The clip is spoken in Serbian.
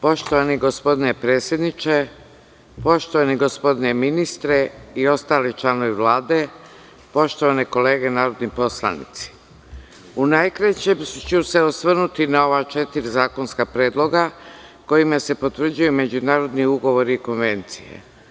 Poštovani gospodine predsedniče, poštovani gospodine ministre i ostali članovi Vlade, poštovane kolege narodni poslanici, u najkraćem ću se osvrnuti na ova četiri zakonska predloga kojima se potvrđuju međunarodni ugovori i konvencije.